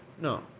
No